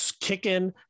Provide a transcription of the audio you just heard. kicking